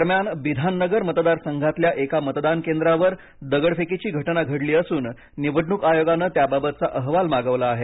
दरम्यान बिधाननगर मतदारसंघातल्या एका मतदान केंद्रावर दगडफेकीची घटना घडली असून निवडणूक आयोगाने त्याबाबतचा अहवाल मागवला आहे